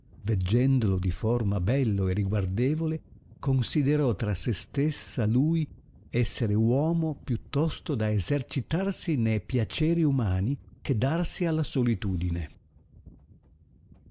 veggendolo di forma bello e riguardevole considerò tra se stessa lui essere uomo più tosto da essercitarsi ne piaceri umani che darsi alla solitudine